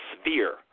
sphere